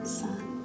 sun